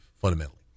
fundamentally